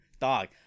dog